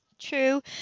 True